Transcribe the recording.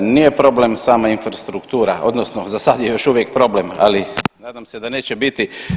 Nije problem sama infrastrukturu odnosno za sad je još uvijek problem, ali nadam se da neće biti.